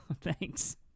Thanks